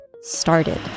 started